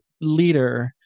leader